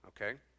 okay